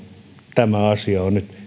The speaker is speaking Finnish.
tämä asia on nyt